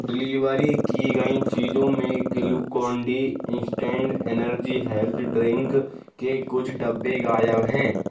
delivery कि गई चीज़ों में Glucon D instant energy health drink के कुछ डब्बे गायब हैं